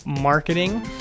marketing